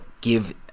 give